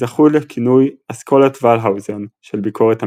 זכו לכינוי "אסכולת ולהאוזן" של ביקורת המקרא.